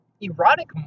erotic